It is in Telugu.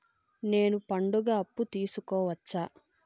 నేను పండుగ అప్పు తీసుకోవచ్చా?